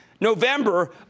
November